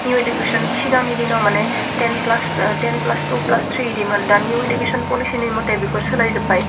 new education सिगांनि दिनाव माने ten class ten plus two plus three इदिमोन दानि निउ इदुकेसन पलिसिनि मते बिखौ सोलायजोबबाय